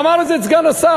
אמר את זה סגן השר,